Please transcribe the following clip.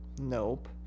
Nope